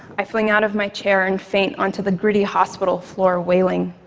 i fling out of my chair and faint onto the gritty hospital floor, wailing.